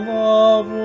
love